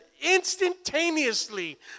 instantaneously